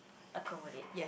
accommodate